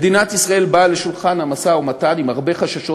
מדינת ישראל באה לשולחן המשא-ומתן עם הרבה חששות,